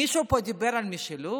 מישהו פה דיבר על משילות?